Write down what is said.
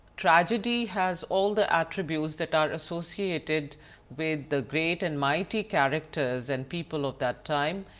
tragedy has all the attributes that are associated with the great and mighty characters and people of that time.